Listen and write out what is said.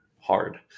hard